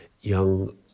young